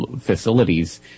facilities